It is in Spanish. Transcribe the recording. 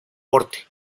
porte